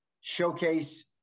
showcase